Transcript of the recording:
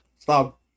Stop